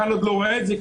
הקהל עוד לא רואה את זה,